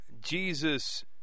jesus